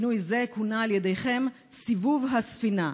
שינוי זה כונה על ידיכם 'סיבוב הספינה'.